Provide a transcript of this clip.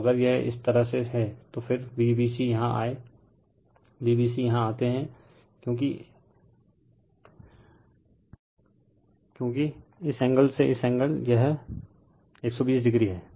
तो अगर यह इस तरह से हैं तो फिर Vbc यहाँ आये Vbc यहाँ आते हैं क्योकि इस एंगल से एंगल यह 120o है